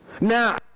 Now